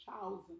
thousands